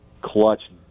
clutch